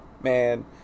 man